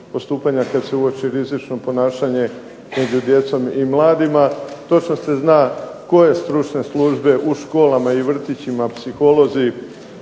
kad se uoči rizično ponašanje među djecom i mladima. Točno se zna koje stručne službe u školama i vrtićima, psiholozi